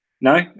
no